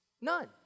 none